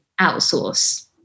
outsource